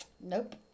Nope